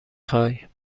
خوای